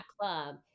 club